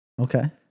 Okay